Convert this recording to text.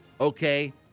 Okay